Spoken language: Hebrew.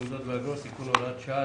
תעודות ואגרות) (תיקון והוראות שעה),